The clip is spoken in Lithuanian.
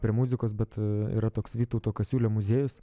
prie muzikos bet yra toks vytauto kasiulio muziejus